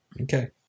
Okay